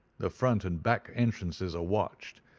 the front and back entrances are watched,